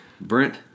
Brent